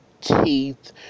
teeth